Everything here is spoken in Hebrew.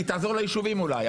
היא תעזור ליישובים אולי,